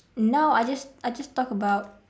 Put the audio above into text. now I just I just talk about